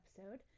episode